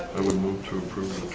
i would move to approve